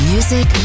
Music